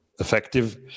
effective